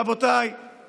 רבותיי,